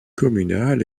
communal